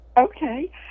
Okay